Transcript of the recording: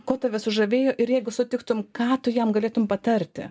ko tave sužavėjo ir jeigu sutiktum ką tu jam galėtum patarti